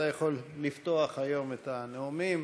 אתה יכול לפתוח היום את הנאומים.